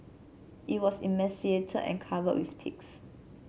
it was emaciated and covered with ticks